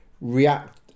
react